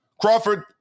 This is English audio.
Crawford